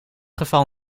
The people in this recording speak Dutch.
geval